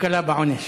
להקלה בעונש.